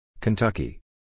Kentucky